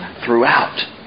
throughout